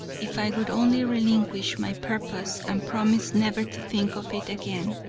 if i would only relinquish my purpose and promise never to think of it again.